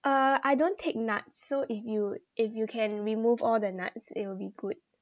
uh I don't take nuts so if you if you can remove all the nuts it will be good